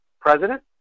president